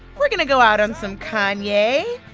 we're going to go out on some kanye.